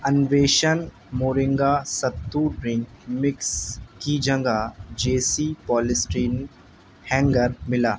innovation moringa sattu drink mix کی جگہ J C polystyrene hanger ملا